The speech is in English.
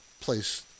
place